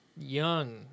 young